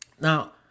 Now